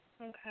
Okay